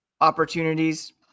opportunities